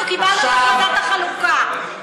אנחנו קיבלנו את החלטת החלוקה,